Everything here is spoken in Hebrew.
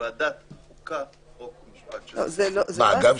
ועדת חוקה חוק ומשפט של הכנסת.